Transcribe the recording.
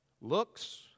Looks